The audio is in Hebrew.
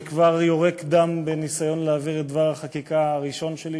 וכבר יורק דם בניסיון להעביר את דבר החקיקה הראשון שלי,